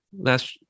last